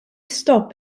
stop